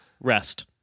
Rest